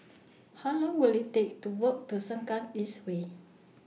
How Long Will IT Take to Walk to Sengkang East Way